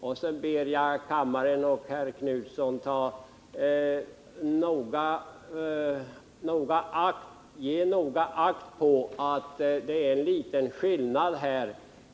Nu ber jag kammaren och herr Knutson att ge noga akt på att det finns en liten skillnad här.